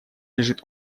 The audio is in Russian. лежит